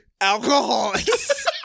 alcoholics